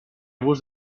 bus